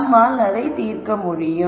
நம்மால் அதை தீர்க்க முடியும்